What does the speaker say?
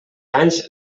anys